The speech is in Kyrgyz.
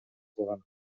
кылган